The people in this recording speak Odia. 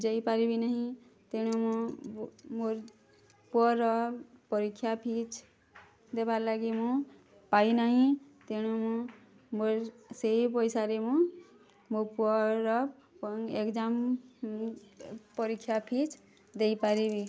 ଯେଇ ପାରିବି ନେହିଁ ତେଣୁ ମୁଁ ମୋର୍ ପୁଅର ପରୀକ୍ଷା ଫିଜ୍ ଦେବା ଲାଗି ମୁଁ ପାଇନାହିଁ ତେଣୁ ମୁଁ ମୋର୍ ସେହି ପଇସାରେ ମୁଁ ମୋ ପୁଅର ପ ଏଗଜାମ୍ ପରୀକ୍ଷା ଫିଜ୍ ଦେଇପାରିବି